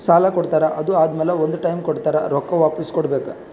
ಸಾಲಾ ಕೊಡ್ತಾರ್ ಅದು ಆದಮ್ಯಾಲ ಒಂದ್ ಟೈಮ್ ಕೊಡ್ತಾರ್ ರೊಕ್ಕಾ ವಾಪಿಸ್ ಕೊಡ್ಬೇಕ್